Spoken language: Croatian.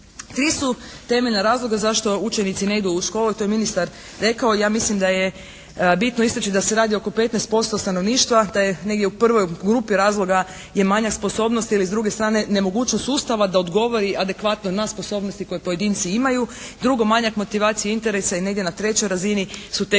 Tri su temeljna razloga zašto je učenici ne idu u školu. To je ministar rekao. Ja mislim da je bitno istaći da se radi oko 15% stanovništva, da je negdje u prvoj grupi razloga je manjak sposobnosti ili s druge strane nemogućnost sustava da odgovori adekvatno na sposobnosti koje pojedinci imaju. Drugo, manjak motivacije i interesa. I negdje na trećoj razini su tek